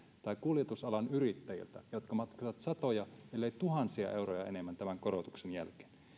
tai kuljetusalan yrittäjiltä jotka maksavat satoja elleivät tuhansia euroja enemmän tämän korotuksen